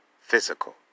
physical